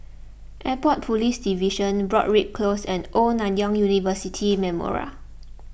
Airport Police Division Broadrick Close and Old Nanyang University Memorial